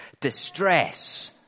distress